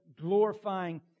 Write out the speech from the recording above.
glorifying